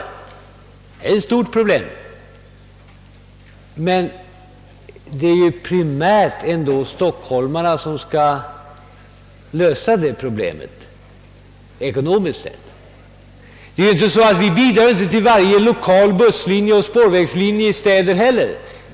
Nej, det är ett stort problem, men primärt är det ändå stockholmarna själva som ekonomiskt skall lösa detta. Staten bidrar inte heller till varje lokal busslinje eller spårvägslinje i städerna.